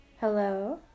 Hello